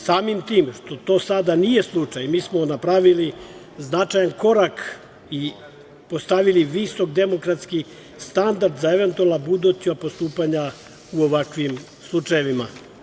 Samim tim što to sada nije slučaj, mi smo napravili značajan korak i postavili visok demokratski standard za eventualna buduća postupanja u ovakvim slučajevima.